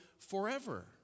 forever